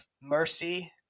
mercy